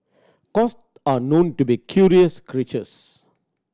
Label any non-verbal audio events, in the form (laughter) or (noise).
(unintelligible) are known to be curious creatures